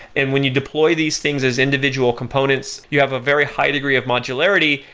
and when you deploy these things as individual components, you have a very high degree of modularity,